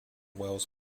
wells